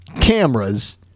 cameras